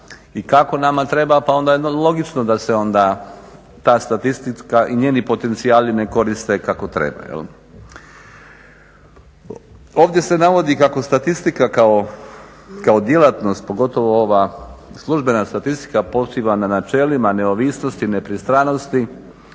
i kako nama treba pa je onda logično da se onda ta statistika i njeni potencijali ne koriste kako treba. Ovdje se navodi kako statistika kao djelatnost, pogotovo ova službena statistika postigla na načelima neovisnosti, nepristranosti,